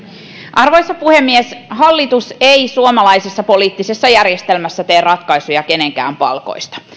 arvoisa puhemies hallitus ei suomalaisessa poliittisessa järjestelmässä tee ratkaisuja kenenkään palkoista